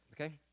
Okay